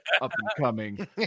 up-and-coming